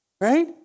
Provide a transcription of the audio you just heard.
right